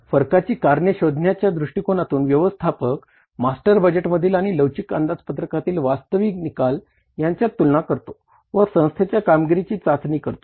फरकाची कारणे शोधण्याच्या दृष्टीकोनातून व्यवस्थापक मास्टर बजेटमधील आणि लवचिक अंदाजपत्रकातील वास्तविक निकाल यांच्यात तुलना करतो व संस्थेच्या कामगिरीची चाचणी करतो